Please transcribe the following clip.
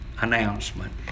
announcement